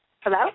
Hello